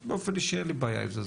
שבאופן אישי אין לי בעיה עם זה,